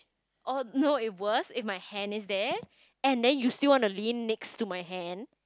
or no if worse if my hand is there and then you still want to lean next to my hand